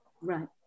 Right